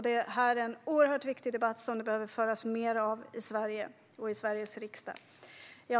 Detta är en oerhört viktig debatt, som vi behöver fortsätta föra i Sverige och i Sveriges riksdag.